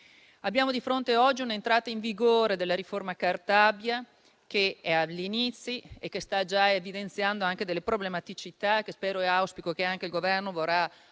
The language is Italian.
Abbiamo di fronte oggi l'entrata in vigore della riforma Cartabia, che è agli inizi e sta già evidenziando delle problematicità, che spero e auspico il Governo vorrà affrontare,